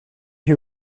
who